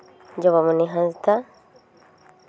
ᱡᱚᱵᱟᱢᱚᱱᱤ ᱦᱟᱸᱥᱫᱟ